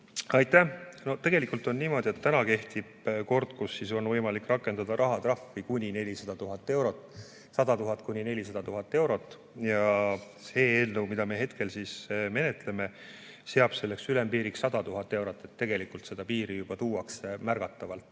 Aitäh! Tegelikult on niimoodi, et täna kehtib kord, kus on võimalik rakendada rahatrahvi 100 000 kuni 400 000 eurot, ja see eelnõu, mida me hetkel menetleme, seab ülempiiriks 100 000 eurot. Tegelikult seda piiri juba tuuakse märgatavalt